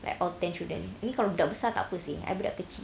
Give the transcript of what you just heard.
like all ten children ni kalau budak besar takpe seh I budak kecil